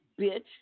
Bitch